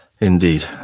Indeed